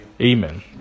Amen